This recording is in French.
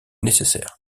nécessaire